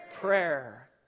prayer